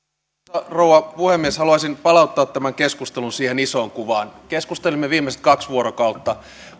rouva puhemies haluaisin palauttaa tämän keskustelun siihen isoon kuvaan keskustelimme viimeiset kaksi vuorokautta